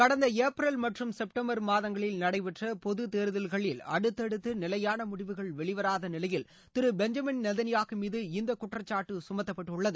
கடந்த ஏப்ரல் மற்றும் செப்டம்பர் மாதங்களில் நடைபெற்ற பொது தேர்தல்களில் அடுத்தடுத்து நிலையான முடிவுகள் வெளிவராத நிலையில் திரு பெஞ்சமின் நேதன்யாகு மீது இந்தக் குற்றக்காட்டு சுமத்தப்பட்டுள்ளது